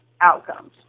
outcomes